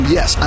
Yes